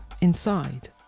inside